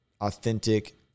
authentic